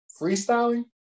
freestyling